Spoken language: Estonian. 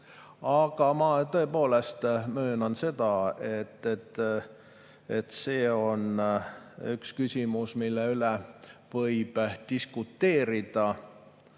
ma tõepoolest möönan, et see on üks küsimus, mille üle võib diskuteerida: